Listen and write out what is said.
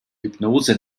hypnose